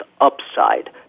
upside